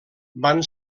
van